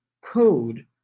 code